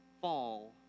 fall